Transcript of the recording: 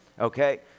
Okay